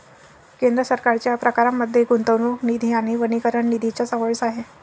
केंद्र सरकारच्या प्रकारांमध्ये गुंतवणूक निधी आणि वनीकरण निधीचा समावेश आहे